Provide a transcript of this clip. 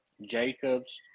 Jacobs